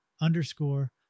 underscore